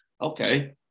okay